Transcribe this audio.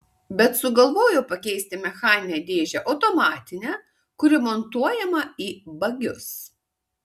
bet sugalvojau pakeisti mechaninę dėžę automatine kuri montuojama į bagius